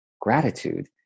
gratitude